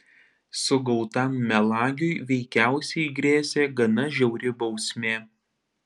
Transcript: sugautam melagiui veikiausiai grėsė gana žiauri bausmė